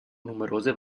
numerose